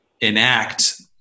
enact